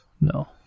No